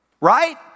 right